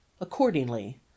Accordingly